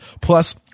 Plus